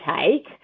take